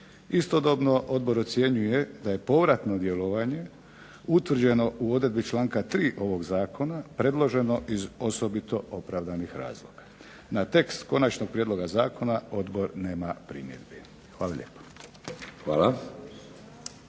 Istodobno odbor ocjenjuje da je povratno djelovanje utvrđeno u odredbi članka 3. ovog zakona predloženo iz osobito opravdanih razloga. Na tekst konačnog prijedloga zakona odbor nema primjedbi. Hvala lijepa.